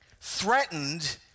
threatened